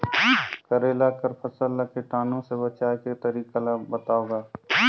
करेला कर फसल ल कीटाणु से बचाय के तरीका ला बताव ग?